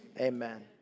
Amen